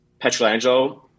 Petrolangelo